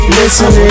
listening